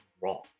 wrong